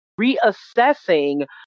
reassessing